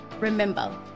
Remember